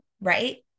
right